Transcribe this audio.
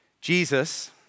Jesus